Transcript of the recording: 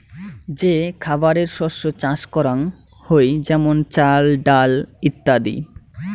যে খাবারের শস্য চাষ করাঙ হই যেমন চাল, ডাল ইত্যাদি